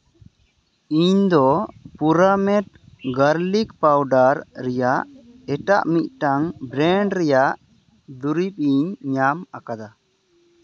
ᱤᱧᱫᱚ ᱯᱩᱨᱟᱢᱮᱰ garlic powder ᱨᱮᱭᱟᱜ ᱮᱴᱟᱜ ᱢᱤᱫᱴᱟᱝ ᱵᱨᱮᱱᱰ ᱨᱮᱭᱟᱜ ᱫᱩᱨᱤᱵᱽ ᱤᱧ ᱧᱟᱢ ᱟᱠᱟᱫᱟ